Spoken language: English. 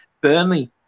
Burnley